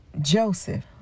Joseph